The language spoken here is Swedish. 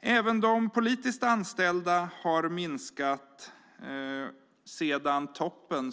Även antalet politiskt anställda har minskat sedan toppen